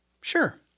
Sure